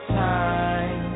time